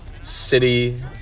city